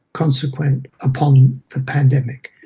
consequent upon the pandemic.